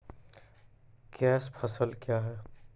Cash फसल क्या हैं?